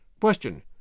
Question